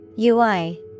UI